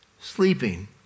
sleeping